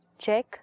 check